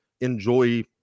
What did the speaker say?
enjoy